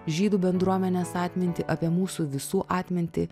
žydų bendruomenės atmintį apie mūsų visų atmintį